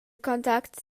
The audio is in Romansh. contact